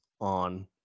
on